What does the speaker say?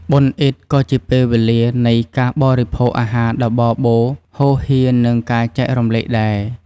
បុណ្យអ៊ីឌក៏ជាពេលវេលានៃការបរិភោគអាហារដ៏បរបូរហូរហៀរ និងការចែករំលែកដែរ។